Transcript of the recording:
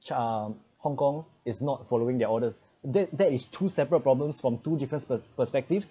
um hong kong is not following their orders that that is two separate problems from two different pers~ perspectives